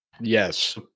Yes